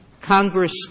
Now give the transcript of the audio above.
Congress